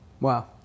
Wow